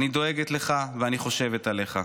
אני דואגת לך, ואני חושבת עליך.